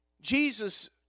Jesus